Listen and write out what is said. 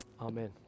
Amen